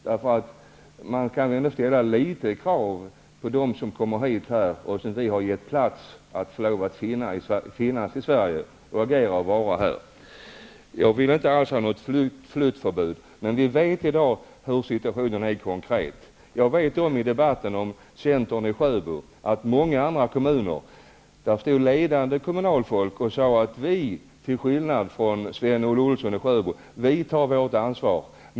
Vi kan väl ändå ställa några krav på dem som kommer hit och som vi har givit plats att få finnas i Sverige och agera här. Jag vill inte alls ha något flyttförbud, men vi vet i dag hur situationen konkret är. Vi har haft debatten om centern i Sjöbo. Jag vet från många andra kommuner att ledande kommunalfolk har stått och sagt: Vi, till skillnad från Sven-Olle Olsson i Sjöbo, tar vårt ansvar.